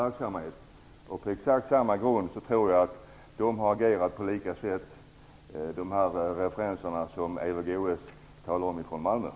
Eva Goës gjorde en del referenser till Malmö, och jag tror att reaktionerna där bygger på exakt samma grund.